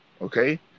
Okay